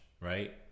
right